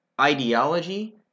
ideology